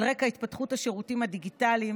על רקע התפתחות השירותים הדיגיטליים